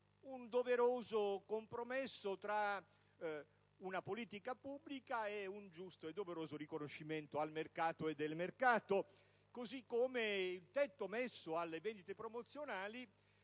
un doveroso compromesso tra una politica pubblica ed un giusto e doveroso riconoscimento al mercato e del mercato. Altrettanto si può dire del tetto alle vendite promozionali,